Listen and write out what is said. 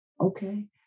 okay